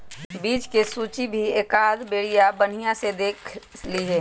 बीज के सूचियो भी एकाद बेरिया बनिहा से देख लीहे